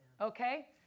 Okay